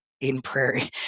in-prairie